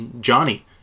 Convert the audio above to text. Johnny